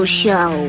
show